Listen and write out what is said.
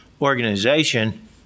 organization